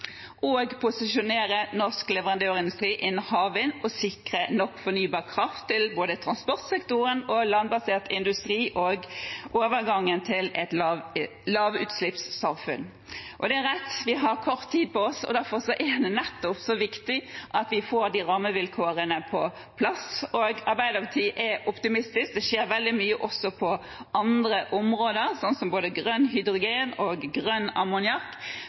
posisjonere norsk leverandørindustri innen havvind og sikre nok fornybar kraft til både transportsektoren, landbasert industri og overgangen til et lavutslippssamfunn. Det er rett at vi har kort tid på oss. Derfor er det nettopp så viktig at vi får de rammevilkårene på plass. Arbeiderpartiet er optimistisk, det skjer veldig mye også på andre områder, som grønn hydrogen og grønn